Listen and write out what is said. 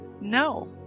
No